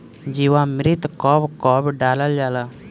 जीवामृत कब कब डालल जाला?